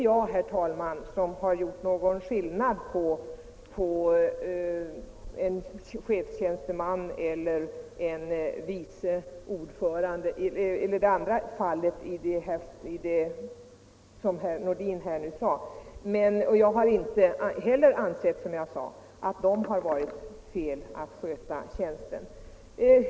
Jag har inte gjort någon skillnad mellan chefstjänstemän och förtroendemän. Jag har inte heller ansett att de båda vice ordförandena saknat kompetens för tjänsten.